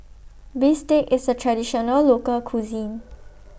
Bistake IS A Traditional Local Cuisine